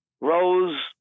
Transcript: Rose